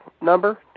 number